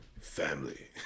family